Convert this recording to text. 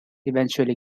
eventually